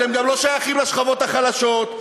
אתם גם לא שייכים לשכבות החלשות,